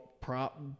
prop